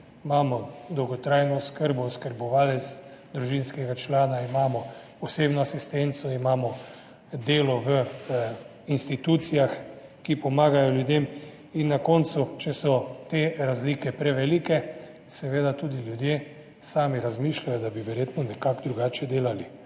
imamo dolgotrajno oskrbo, oskrbovalce družinskega člana, imamo osebno asistenco, imamo delo v institucijah, ki pomagajo ljudem. Če so na koncu te razlike prevelike, seveda tudi ljudje sami razmišljajo, da bi verjetno delali nekako drugače.